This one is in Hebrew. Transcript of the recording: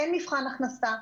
אין מבחן הכנסה,